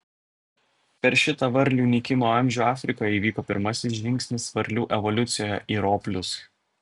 per šitą varlių nykimo amžių afrikoje įvyko pirmasis žingsnis varlių evoliucijoje į roplius